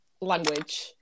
language